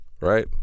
right